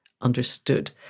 understood